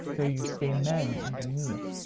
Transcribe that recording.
though you stay men underneath.